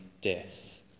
death